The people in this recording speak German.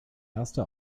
erste